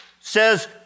says